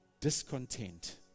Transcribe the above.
discontent